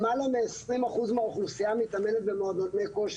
למעלה מ-20% מהאוכלוסייה מתאמנת במועדוני כושר.